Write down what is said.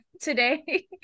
today